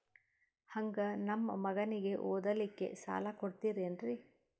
ಹಂಗ ನಮ್ಮ ಮಗನಿಗೆ ಓದಲಿಕ್ಕೆ ಸಾಲ ಕೊಡ್ತಿರೇನ್ರಿ?